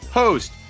host